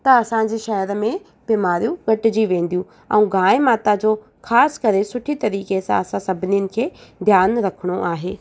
त असां जे शहर में बीमारियूं घटिजी वेंदियूं ऐं गांइ माता जो ख़ासि करे सुठे तरीक़ी सां असां सभिनीनि खे ध्यानु रखिणो आहे